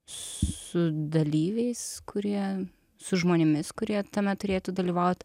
su dalyviais kurie su žmonėmis kurie tame turėtų dalyvaut